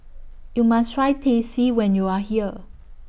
YOU must Try Teh C when YOU Are here